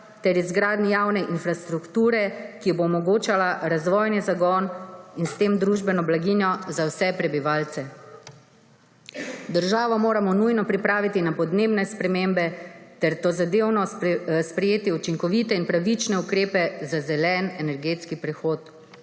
ter izgradnji javne infrastrukture, ki bo omogočala razvojni zagon in s tem družbeno blaginjo za vse prebivalce. Državo moramo nujno pripraviti na podnebne spremembe ter tozadevno sprejeti učinkovite in pravične ukrepe za zelen energetski prehod.